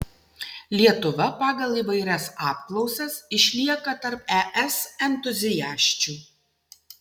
lietuva pagal įvairias apklausas išlieka tarp es entuziasčių